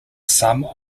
some